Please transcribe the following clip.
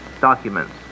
documents